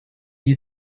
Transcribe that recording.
you